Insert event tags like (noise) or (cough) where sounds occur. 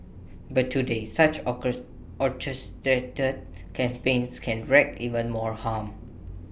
but today such (unintelligible) orchestrated campaigns can wreak even more harm